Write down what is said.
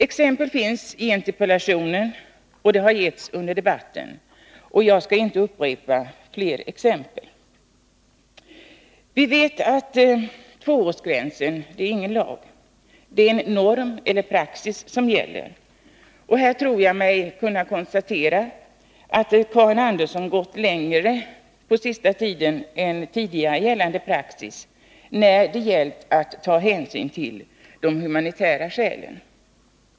Exempel har getts i interpellationen, liksom också under debatten, varför jag inte skall komma med flera. Vi vet att tvåårsgränsen inte är någon lag. Det är en norm eller praxis som gäller. Här tror jag mig kunna konstatera att Karin Andersson under den senaste tiden har gått längre än tidigare gällande praxis när det gällt att ta hänsyn till de humanitära skälen.